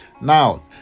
Now